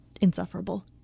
insufferable